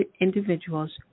individuals